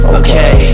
okay